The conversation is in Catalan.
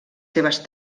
seves